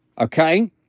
Okay